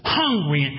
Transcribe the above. hungry